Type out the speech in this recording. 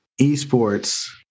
esports